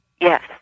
Yes